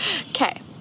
okay